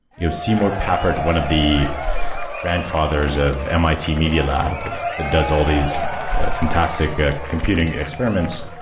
you know seymour papert, one of the grandfathers of mit media lab that does all these fantastic ah computing experiments,